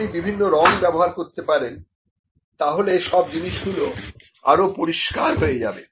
আপনি বিভিন্ন রং ব্যবহার করতে পারেন তাহলে সব জিনিসগুলো আরো পরিষ্কার হয়ে যাবে